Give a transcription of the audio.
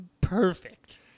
perfect